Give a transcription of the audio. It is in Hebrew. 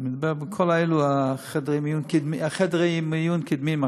אני מדבר על כל חדרי המיון הקדמיים,